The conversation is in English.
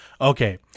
Okay